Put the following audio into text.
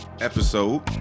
episode